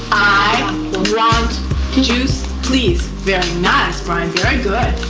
i want juice, please. very nice, brian. very good.